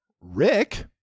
Rick